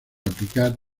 aplicar